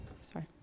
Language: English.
sorry